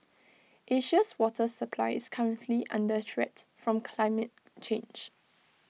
Asia's water supply is currently under threat from climate change